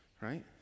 right